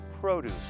produce